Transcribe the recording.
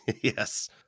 Yes